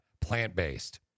plant-based